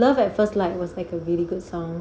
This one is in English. know the first light was such a beautiful song